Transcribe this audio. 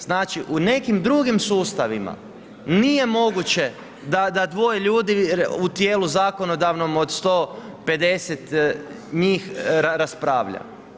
Znači, u nekim drugim sustavima nije moguće da dvoje ljudi u tijelu zakonodavnom od 150 njih raspravlja.